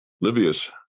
Livius